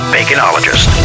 Baconologist